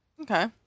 Okay